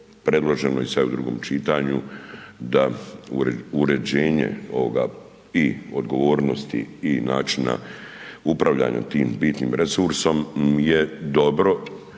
predloženo i sad u drugim čitanju da uređenje ovoga i odgovornosti i načina upravljanja tim bitnim resursom je dobro